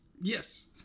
Yes